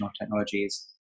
technologies